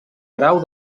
grau